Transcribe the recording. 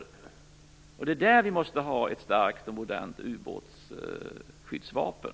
Just för detta ändamål behöver vi ha ett starkt och modernt ubåtsskyddsvapen.